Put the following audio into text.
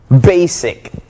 basic